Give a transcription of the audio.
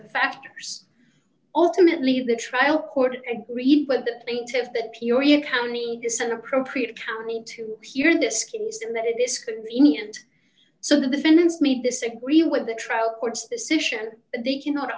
the factors ultimately the trial court agreed with the plaintiffs the peoria county is an appropriate account me to hear this case in that it is convenient so the defendants may disagree with the trial court's decision they cannot